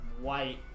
White